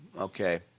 okay